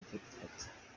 dufata